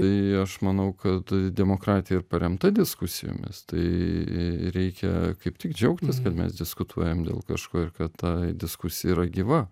tai aš manau kad demokratija ir paremta diskusijomis tai reikia kaip tik džiaugtis kad mes diskutuojam dėl kažko ir kad ta diskusija yra gyva